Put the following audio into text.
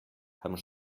haben